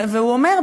הוא אומר,